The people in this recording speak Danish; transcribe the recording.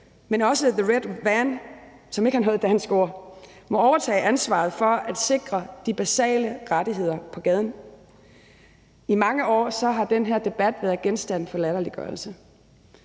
men også The Red Van – som ikke er noget dansk ord – må overtage ansvaret for at sikre de basale rettigheder på gaden. I mange år har den her debat været genstand for latterliggørelse.